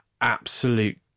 absolute